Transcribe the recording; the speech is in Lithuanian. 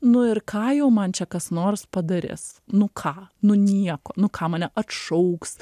nu ir ką jau man čia kas nors padarys nu ką nu nieko nu ką mane atšauks